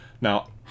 now